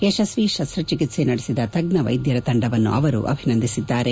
ಯಶಸ್ನಿ ಶಸ್ತಚಿಕಿತ್ತೆ ನಡೆಸಿದ ತಜ್ಜ ವೈದ್ಲರ ತಂಡವನ್ನು ಅವರು ಅಭಿನಂದಿಸಿದ್ದಾರೆ